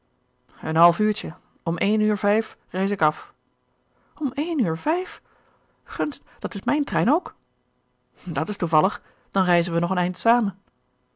een half uurtje om één uur vijf reis ik af om een uur vijf gunst dat is mijn trein ook dat is toevallig dan reizen wij nog een eind zamen